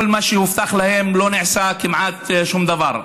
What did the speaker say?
מכל מה שהובטח להם לא נעשה כמעט שום דבר.